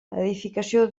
edificació